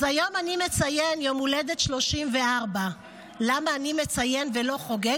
אז היום אני מציין יום הולדת 34. למה אני מציין ולא חוגג,